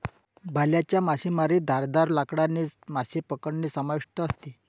भाल्याच्या मासेमारीत धारदार लाकडाने मासे पकडणे समाविष्ट असते